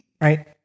Right